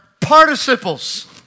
participles